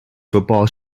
football